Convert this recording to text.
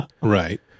Right